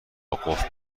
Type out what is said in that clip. قفل